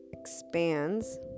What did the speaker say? expands